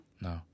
No